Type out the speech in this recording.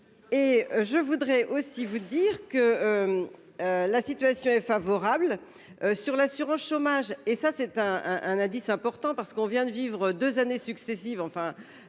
Et je voudrais aussi vous dire que. La situation est favorable sur l'assurance chômage et ça c'est un indice important parce qu'on vient de vivre 2 années successives